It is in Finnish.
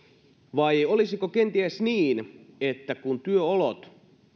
vai olisiko kenties niin että kun työolot